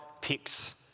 picks